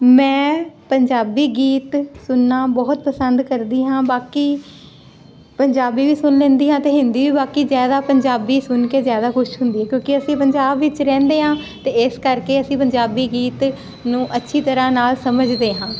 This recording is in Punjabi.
ਮੈਂ ਪੰਜਾਬੀ ਗੀਤ ਸੁਣਨਾ ਬਹੁਤ ਪਸੰਦ ਕਰਦੀ ਹਾਂ ਬਾਕੀ ਪੰਜਾਬੀ ਵੀ ਸੁਣ ਲੈਂਦੀ ਹਾਂ ਤੇ ਹਿੰਦੀ ਵੀ ਬਾਕੀ ਜਿਆਦਾ ਪੰਜਾਬੀ ਸੁਣ ਕੇ ਜ਼ਿਆਦਾ ਖੁਸ਼ ਹੁੰਦੀ ਕਿਉਂਕਿ ਅਸੀਂ ਪੰਜਾਬ ਵਿੱਚ ਰਹਿੰਦੇ ਆਂ ਤੇ ਇਸ ਕਰਕੇ ਅਸੀਂ ਪੰਜਾਬੀ ਗੀਤ ਨੂੰ ਅੱਛੀ ਤਰ੍ਹਾਂ ਨਾਲ ਸਮਝਦੇ ਹਾਂ